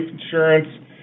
insurance